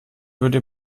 würde